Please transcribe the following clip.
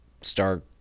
start